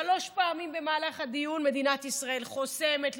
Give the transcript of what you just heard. שלוש פעמים במהלך הדיון: מדינת ישראל חוסמת,